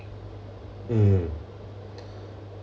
mm